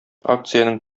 акциянең